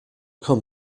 come